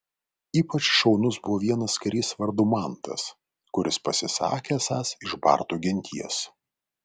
ypač šaunus buvo vienas karys vardu mantas kuris pasisakė esąs iš bartų genties